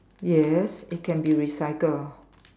yes it can be recycled